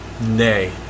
nay